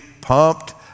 pumped